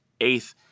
eighth